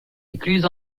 écluse